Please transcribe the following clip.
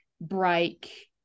break